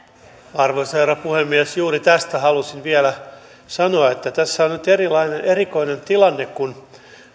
arvoisa herra puhemies juuri tästä halusin vielä sanoa että tässä on on nyt erikoinen tilanne kun